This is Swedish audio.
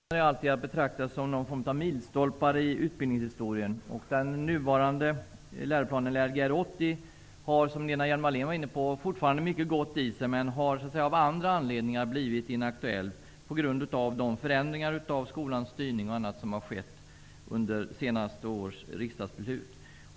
Herr talman! Nya läroplaner är alltid att betrakta som någon form av milstolpar i utbildningshistorien. Den nuvarande -- Lgr 80 -- har, som Lena Hjelm-Wallén var inne på, fortfarande mycket gott i sig, men har blivit inaktuell på grund av de förändringar av skolans styrning och annat som har skett till följd av de senaste årens riksdagsbeslut.